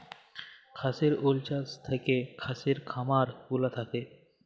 কাশ্মির উল চাস থাকেক কাশ্মির খামার গুলা থাক্যে